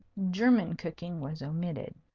german cooking was omitted.